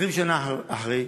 20 שנה אחרי,